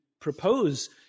propose